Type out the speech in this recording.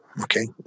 okay